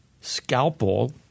scalpel